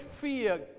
fear